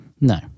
No